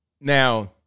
Now